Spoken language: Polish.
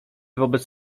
wobec